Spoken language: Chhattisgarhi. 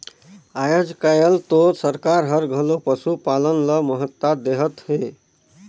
आयज कायल तो सरकार हर घलो पसुपालन ल महत्ता देहत हे